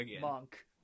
Monk